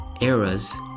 eras